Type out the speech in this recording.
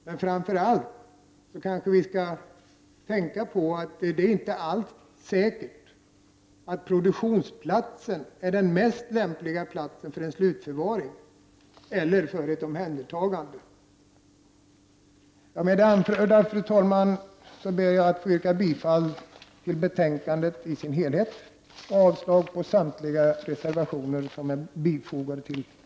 Men vi skall framför allt tänka på att det inte alls är säkert att produktionsplatsen är den mest lämpliga platsen för en slutförvaring eller ett omhändertagande. Med det anförda, fru talman, ber jag att få yrka bifall till utskottets hemställan i dess helhet och avslag på samtliga reservationer som är fogade till betänkandet.